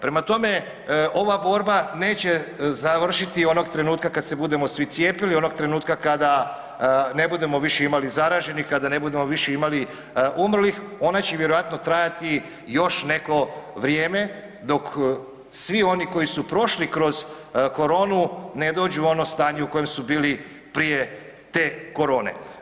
Prema tome, ova borba neće završiti onog trenutka kad se budemo svi cijepili, onog trenutka kada ne budemo više imali zaraženih, kada ne budemo više imali umrlih, ona će vjerojatno trajati još neko vrijeme dok svi oni koji su prošli kroz koronu ne dođu u ono stanje u kojem su bili prije te korone.